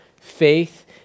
faith